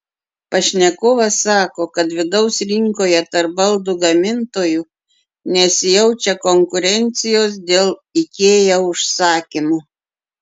pašnekovas sako kad vidaus rinkoje tarp baldų gamintojų nesijaučia konkurencijos dėl ikea užsakymų